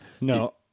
No